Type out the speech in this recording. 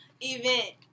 Event